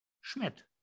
Schmidt